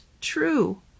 true